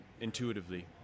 intuitively